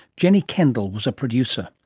jeni kendall was a producer.